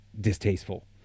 distasteful